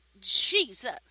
Jesus